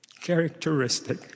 characteristic